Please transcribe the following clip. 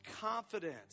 confidence